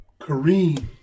Kareem